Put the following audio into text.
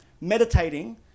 meditating